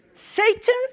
Satan